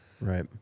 Right